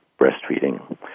breastfeeding